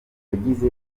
yagize